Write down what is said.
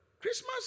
Christmas